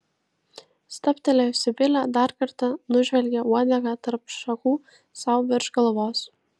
stabtelėjusi vilė dar kartą nužvelgė uodegą tarp šakų sau virš galvos